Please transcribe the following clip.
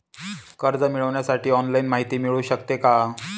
कर्ज मिळविण्यासाठी ऑनलाईन माहिती मिळू शकते का?